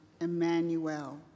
Emmanuel